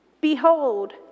Behold